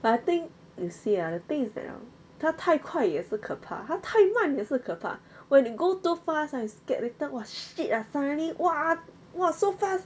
but I think you see ah the thing is that hor 他太快也是可怕他太慢也是可怕 when you go too fast ah you scared later !wah! shit ah suddenly !wah! !wah! so fast